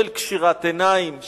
של קשירת עיניים,